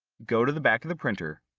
go to the back of the printer,